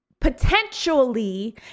Potentially